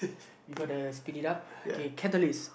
you gotta speed it up K catalyst